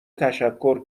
تشکر